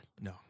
No